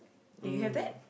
do you have that